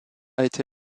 été